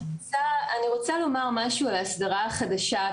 אני רוצה לומר משהו על ההסדרה החדשה,